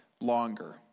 longer